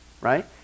right